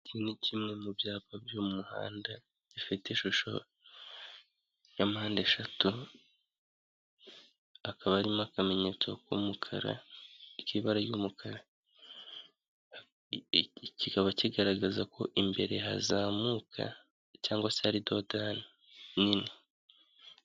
Iki ni kimwe mu byapa byo mu muhanda gifite ishusho ya mpandeshatukaba irimo akamenyetso k'umukara k'ibara ry'umukara kikaba kigaragaza ko imbere hazamuka cyangwa se ari dodani.